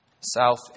south